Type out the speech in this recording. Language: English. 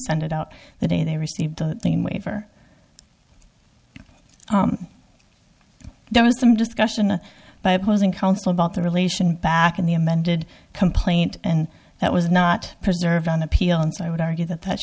send it out the day they received the thing waiver there was some discussion by opposing counsel about the relation back in the amended complaint and that was not preserved on appeal and so i would argue that that